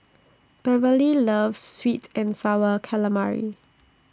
Beverley loves Sweet and Sour Calamari